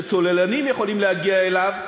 שצוללנים יכולים להגיע אליו,